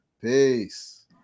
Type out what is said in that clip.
peace